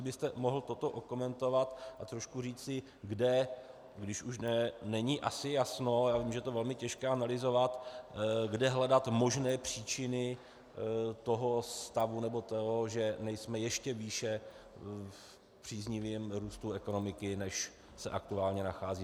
Kdybyste mohl toto okomentovat a trošku říci, kde, když už není asi jasno já vím, že je velmi těžké to analyzovat kde hledat možné příčiny toho stavu, nebo toho, že nejsme ještě výše v příznivém růstu ekonomiky, než se aktuálně nacházíme.